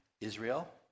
Israel